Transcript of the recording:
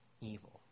evil